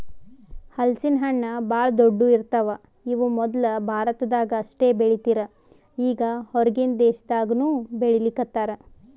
ಹಲಸಿನ ಹಣ್ಣ್ ಭಾಳ್ ದೊಡ್ಡು ಇರ್ತವ್ ಇವ್ ಮೊದ್ಲ ಭಾರತದಾಗ್ ಅಷ್ಟೇ ಬೆಳೀತಿರ್ ಈಗ್ ಹೊರಗಿನ್ ದೇಶದಾಗನೂ ಬೆಳೀಲಿಕತ್ತಾರ್